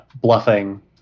bluffing